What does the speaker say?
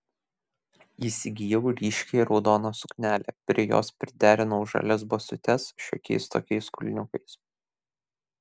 įsigijau ryškiai raudoną suknelę prie jos priderinau žalias basutes šiokiais tokiais kulniukais